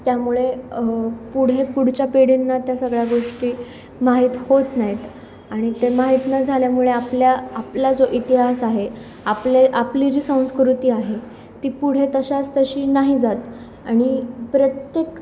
त्यामुळे पुढे पुढच्या पिढींना त्या सगळ्या गोष्टी माहीत होत नात आणि ते माहीत न झाल्यामुळे आपल्या आपला जो इतिहास आहे आपले आपली जी संस्कृती आहे ती पुढे तशाच तशी नाही जात आणि प्रत्येक